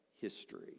history